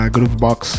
Groovebox